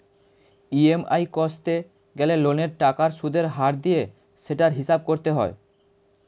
EMI কষতে গেলে লোনের টাকার সুদের হার দিয়ে সেটার হিসাব করতে হয়